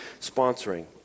sponsoring